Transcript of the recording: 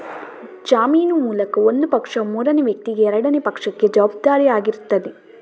ಜಾಮೀನು ಮೂಲಕ ಒಂದು ಪಕ್ಷವು ಮೂರನೇ ವ್ಯಕ್ತಿಗೆ ಎರಡನೇ ಪಕ್ಷಕ್ಕೆ ಜವಾಬ್ದಾರಿ ಆಗಿರ್ತದೆ